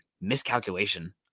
miscalculation